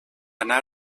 anar